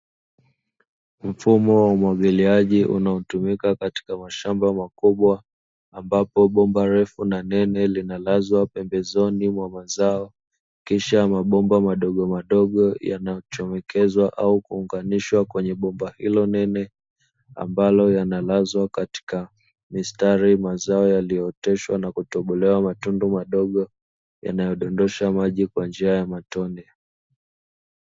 Mfumo wa umwagiliaji unaotumika katika mashamba makubwa ambapo bomba refu na nene linalazwa pembezoni mwa mazao kisha mabomba madogomadogo, yanachomekwa au kuunganishwa kwenye bomba hilo nene ambayo yanalazwa katika mistari mazao yaliyooteshwa na kutobolewa matundu madogo, yanayodondosha maji kwa njia ya matone.